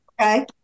Okay